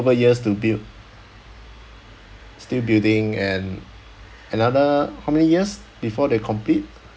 over years to build still building and another how many years before they complete